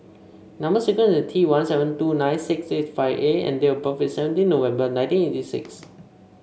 number sequence is T one seven two nine six eight five A and date of birth is seventeenth November nineteen eighty six